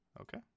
Okay